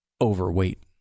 overweight